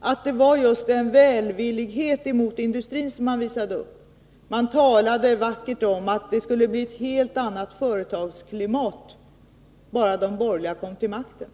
att det var just en välvillighet mot industrin man visade upp? Man talade vackert om att det skulle bli ett helt annat företagsklimat, bara de borgerliga kom till makten.